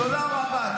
תודה רבה.